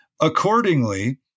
Accordingly